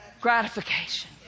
gratification